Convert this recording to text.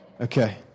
Okay